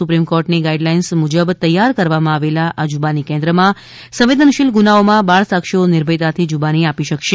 supreme કોર્ટની guidelines મુજબ તૈયાર કરવામાં આવેલા આ જુબાની કેન્દ્રમાં સંવેદનશીલ ગુનાઓમાં બાળસાક્ષીઓ નિર્ભયતાથી જુબાની આપી શકશે